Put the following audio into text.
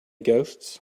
ghosts